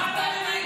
מי פגע בתנ"ך?